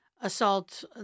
assault